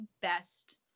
best